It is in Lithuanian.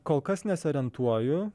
kol kas nesiorientuoju